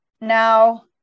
Now